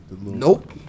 Nope